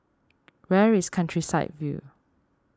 where is Countryside View